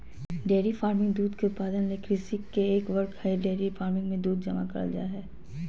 dairy farming दूध के उत्पादन ले कृषि के एक वर्ग हई डेयरी फार्मिंग मे दूध जमा करल जा हई